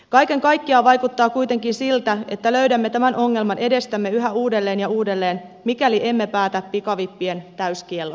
kaiken kaikkiaan vaikuttaa kuitenkin siltä että löydämme tämän ongelman edestämme yhä uudelleen ja uudelleen mikäli emme päätä pikavippien täyskiellosta